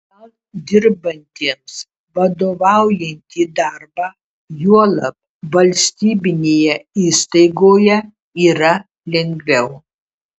gal dirbantiems vadovaujantį darbą juolab valstybinėje įstaigoje yra lengviau